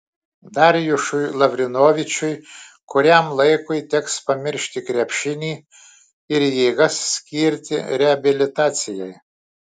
darjušui lavrinovičiui kuriam laikui teks pamiršti krepšinį ir jėgas skirti reabilitacijai